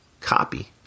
copy